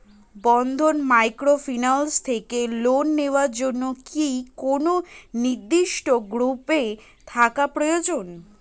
বন্ধন microfinance থেকে loan নেওয়ার জন্য কি কোন নির্দিষ্ট গ্রুপে থাকা প্রয়োজন?